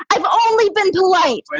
i've only been polite. but